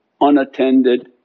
Unattended